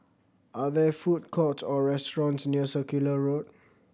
are there food courts or restaurants near Circular Road